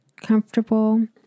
comfortable